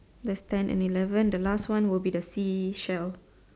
that's ten and eleven the last one would be the seashell